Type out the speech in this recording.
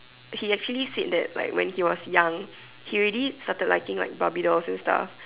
he actually said that like when he was young he already started liking barbie dolls and stuff